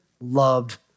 loved